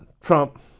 Trump